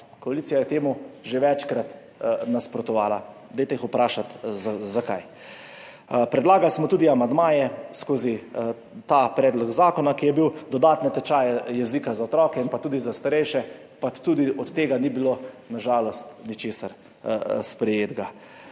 koalicija je temu že večkrat nasprotovala, vprašajte jih, zakaj. Predlagali smo tudi amandmaje skozi ta predlog zakona, ki je bil, dodatne tečaje jezika za otroke, pa tudi za starejše, ampak nič od tega na žalost ni bilo sprejeto.